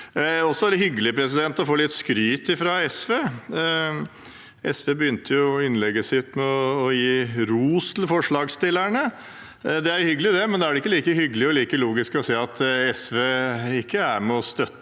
Det er hyggelig å få litt skryt fra SV. SV begynte innlegget sitt med å gi ros til forslagsstillerne. Det er hyggelig, det, men da er det ikke like hyggelig eller like logisk å se at SV ikke er med og støtter